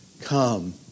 come